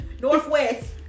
Northwest